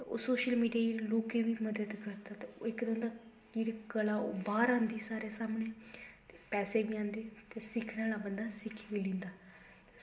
ते ओह् social media जेह्ड़ा लोकें दी बी मदद करदा ते इक ते उं'दी जेह्ड़ी कला ओह् बाहर आंदी सारें सामनै ते पैसे बी आंदे ते सिक्खनै आह्ला बंदा सिक्खी बी लैंदा